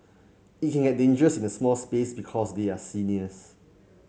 it can get dangerous in a small space because they are seniors